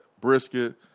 brisket